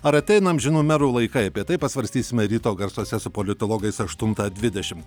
ar ateina amžinų merų laikai apie tai pasvarstysime ryto garsuose su politologais aštuntą dvidešimt